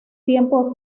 tiempo